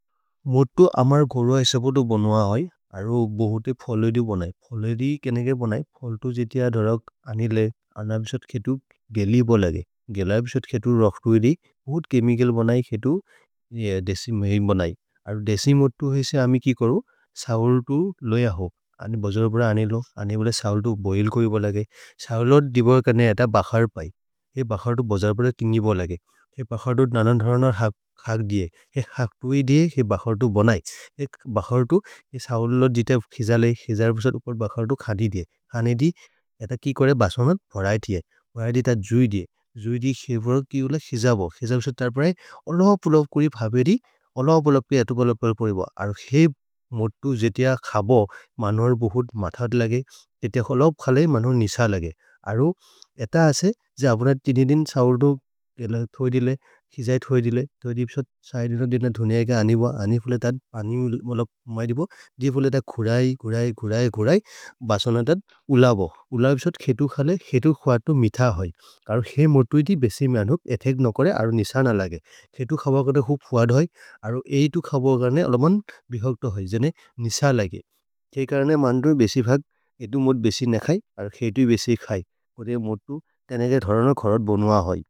मोद्तु अमर् घर्व है सबतो बनुव है अरो बहुते फोलेरि बनै फोलेरि केनगे बनै। फोलेतु जितिय धरक् अनिले अनबिस्वद् केतु गेलि बोलगे गेल अबिस्वद् केतु रख्तुविरि बहुत् केमिकल् बनै। केतु देसि महि बनै अरो देसि मोद्तु हैसे अमि कि करु सवल्तु लोय हो अनि बजर् बर अनिलो अनि बोले। सवल्तु बोइल् कोइ। भोलगे सवलत् दिबर् कने एत बकर् पै ए बकर् तो बजर् बर तिन्गि बोलगे। ए बकर् तो ननोन् धरनर् हाक् दिये हाक् तुवि। दिये ए बकर् तो बनै ए बकर् तो सवलत् जित खिजले खिजर् अबिस्वद् उपर् बकर् तो खने दिये खने दिये। एत कि करे बसनत् भरये थिये भरये थिये त जुइ दिये जुइ दिये। खिवर कि उल खिजब खिजर् अबिस्वद् तर् परये अलब् अलब् कुरि। भ्हबे दि अलब् अलब् पे अतु गलपल् परिब अरो हे मोद्तु जितिय खब मन्वर् बहुत् मथद् लगे जितिय अलब् खले मन्वर् निस लगे। अरो एत असे जबुन तिनि दिन् सवल् तो खिजै थोइ दिले थोइ दि। अबिस्वद् सैरिन दिन धुनिअ क अनिब्व अनिब्वले तद् पानि मलप्। मैदिब्व दिये फुले तद् खुदै खुदै खुदै खुदै बसनत् तद् उल बो उल अबिस्वद् खेतु। खले खेतु खुअ तो मिथ होइ। करो हे मोद्तु जिति बेसि मनुक् एतक् नो करे अरो निस न लगे। खेतु खब कर्ते होइ फुअद् होइ अरो ए इतु खब कर्ते। अलमन् बिहग् तो होइ जने निस लगे थे करने मन्वर् बेसि भग् खेतु मोद् बेसि न खै खेतु हि बेसि खै। मोद्तु धरनर् खरत् बोन्व होइ।